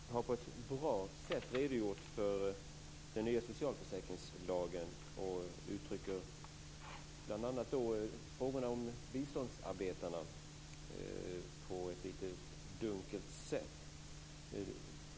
Fru talman! Anita Jönsson har på ett bra sätt redogjort för den nya socialförsäkringslagen men uttrycker bl.a. frågorna om biståndsarbetarna på ett lite dunkelt sätt.